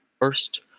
First